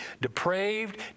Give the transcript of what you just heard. depraved